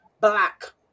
black